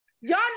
Y'all